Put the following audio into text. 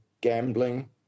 gambling